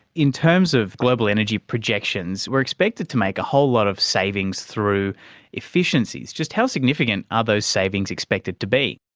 in terms of global energy projections, we are expected to make a whole lot of savings through efficiencies. just how significant are those savings expected to be?